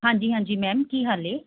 ਹਾਂਜੀ ਹਾਂਜੀ ਮੈਮ ਕੀ ਹਾਲ ਹੈ